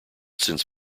since